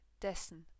dessen